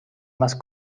más